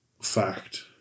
Fact